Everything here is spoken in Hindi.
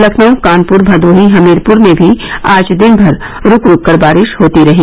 लखनऊ कानपुर भदोही हमीरपुर में भी आज दिन भर रूक रूक कर बारिश होती रही